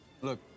look